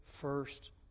first